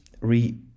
Re